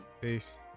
peace